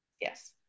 Yes